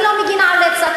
אני לא מגינה על רצח.